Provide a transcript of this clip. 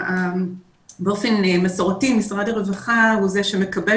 באופן מסורתי משרד הרווחה הוא זה שמקבל